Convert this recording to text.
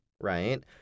right